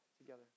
together